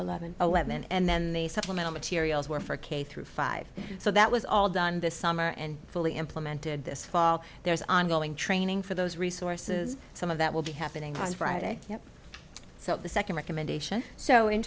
eleven eleven and then they supplemental materials were for k through five so that was all done this summer and fully implemented this fall there's ongoing training for those resources some of that will be happening on friday so the second recommendation so in